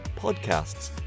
podcasts